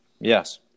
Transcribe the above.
Yes